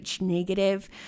negative